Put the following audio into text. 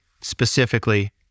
specifically